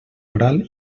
oral